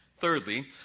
Thirdly